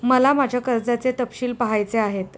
मला माझ्या कर्जाचे तपशील पहायचे आहेत